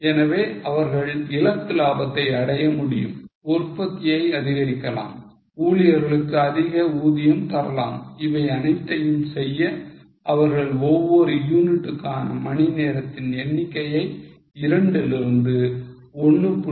எனவே அவர்கள் இலக்கு லாபத்தை அடையமுடியும் உற்பத்தியை அதிகரிக்கலாம் ஊழியர்களுக்கு அதிக ஊதியம் தரலாம் இவை அனைத்தையும் செய்ய அவர்கள் ஒவ்வொரு யூனிட்டுக்கான மணி நேரத்தின் எண்ணிக்கையை 2 லிருந்து 1